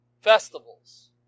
festivals